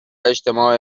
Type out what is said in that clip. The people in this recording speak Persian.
اجتماع